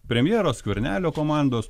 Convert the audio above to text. premjero skvernelio komandos